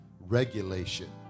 regulation